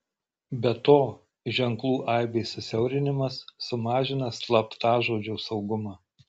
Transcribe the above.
be to ženklų aibės susiaurinimas sumažina slaptažodžio saugumą